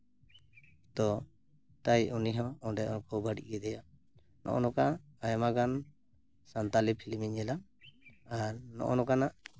ᱛᱚ ᱛᱟᱭ ᱩᱱᱤ ᱦᱚᱸ ᱚᱸᱰᱮ ᱦᱚᱸᱠᱚ ᱵᱟᱹᱲᱤᱡ ᱠᱮᱫᱮᱭᱟ ᱱᱚᱜᱼᱚᱭ ᱱᱚᱝᱠᱟ ᱟᱭᱢᱟ ᱜᱟᱱ ᱥᱟᱱᱛᱟᱲᱤ ᱯᱷᱤᱞᱤᱢᱤᱧ ᱧᱮᱞᱟ ᱟᱨ ᱱᱚᱜᱼᱚᱭ ᱱᱚᱝᱠᱟᱱᱟᱜ